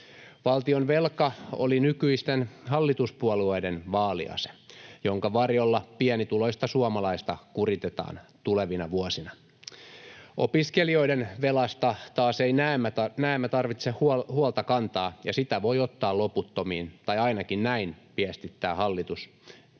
Valtionvelka oli nykyisten hallituspuolueiden vaaliase, jonka varjolla pienituloista suomalaista kuritetaan tulevina vuosina. Opiskelijoiden velasta taas ei näemmä tarvitse huolta kantaa, ja sitä voi ottaa loputtomiin, tai ainakin näin viestittää hallitus.